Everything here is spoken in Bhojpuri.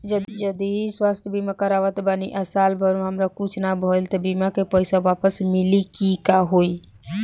जदि स्वास्थ्य बीमा करावत बानी आ साल भर हमरा कुछ ना भइल त बीमा के पईसा वापस मिली की का होई?